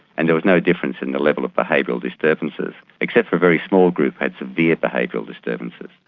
and there was no difference in the level of behavioural disturbances except for a very small group had severe behavioural disturbances.